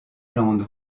lande